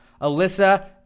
Alyssa